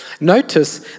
Notice